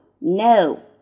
no